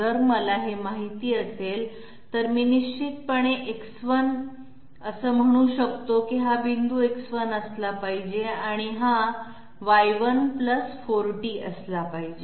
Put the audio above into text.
जर हे मला माहीत असतील तर मी निश्चितपणे X1 म्हणू शकतो की हा पॉईंट X1 असला पाहिजे आणि हा Y1 40 असला पाहिजे